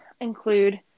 include